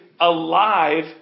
alive